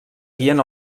guien